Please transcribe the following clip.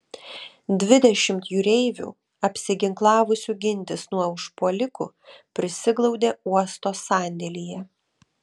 dvidešimt jūreivių apsiginklavusių gintis nuo užpuolikų prisiglaudė uosto sandėlyje